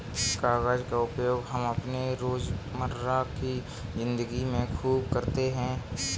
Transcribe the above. कागज का उपयोग हम अपने रोजमर्रा की जिंदगी में खूब करते हैं